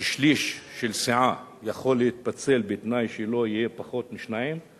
ששליש של סיעה יכול להתפצל בתנאי שלא יהיה פחות משניים,